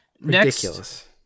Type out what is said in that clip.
Ridiculous